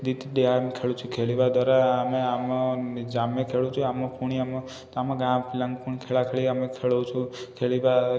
ଦୁଇଟି ଡ୍ୟାମ୍ ଖେଳୁଛି ଖେଳିବା ଦ୍ୱାରା ଆମେ ଆମ ଆମେ ଖେଳୁଛି ଆମ ପୁଣି ଆମ ଆମ ଗାଁ ପିଲାଙ୍କୁ ପୁଣି ଖେଳା ଖେଳି ଆମେ ଖେଳାଉଛୁ ଖେଳିବା